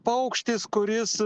paukštis kuris